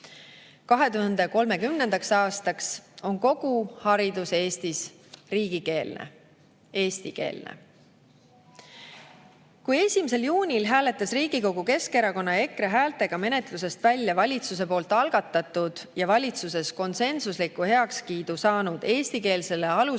2030. aastaks on kogu haridus Eestis riigikeelne, eestikeelne. Kui 1. juunil hääletas Riigikogu Keskerakonna ja EKRE häältega menetlusest välja valitsuse algatatud ja valitsuses konsensusliku heakskiidu saanud eestikeelsele alusharidusele